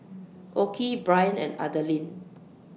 Okey Bryan and Adaline